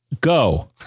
go